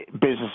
Business